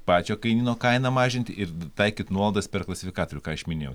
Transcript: pačio kainyno kainą mažinti ir taikyt nuolaidas per klasifikatorių ką aš minėjau